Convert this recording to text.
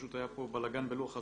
פשוט היה פה בלגן בלוח הזמנים.